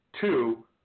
two